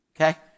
okay